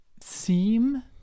seem